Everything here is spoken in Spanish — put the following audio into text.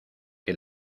que